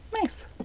nice